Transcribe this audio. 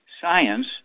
science